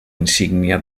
insígnia